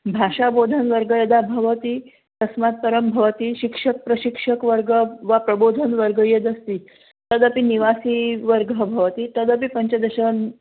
भाषाबोधनवर्गः यदा भवति तस्मात् परं भवती शिक्षकप्रशिक्षकवर्गः वा प्रबोधनवर्गः यदस्ति तदपि निवासीवर्गः भवति तदपि पञ्चदश